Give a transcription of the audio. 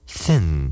thin